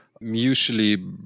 mutually